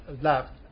left